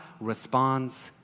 responds